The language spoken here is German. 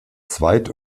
zweit